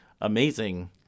amazing